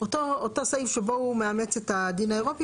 אותו סעיף שבו הוא מאמץ את הדין האירופי